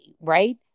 right